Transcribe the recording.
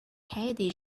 hey